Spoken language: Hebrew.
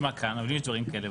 אבל אם יש דברים כאלה,